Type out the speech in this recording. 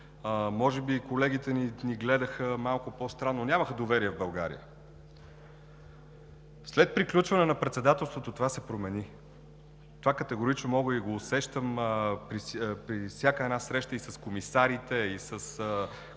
може би и колегите ни гледаха малко по-странно – нямаха доверие в България. След приключване на Председателството това се промени. Това категорично го усещам при всяка една среща и с комисарите, и с